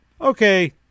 Okay